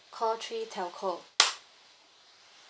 call three telco